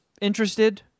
interested